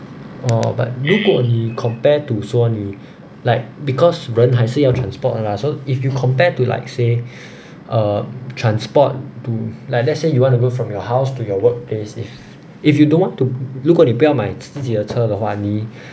orh but 如果你 compare to 说你 like because 人还是要 transport 的 lah so if you compared to like say uh transport to like let's say you want to go from your house to your workplace if if you don't want to 如果你不要买自己的车的话你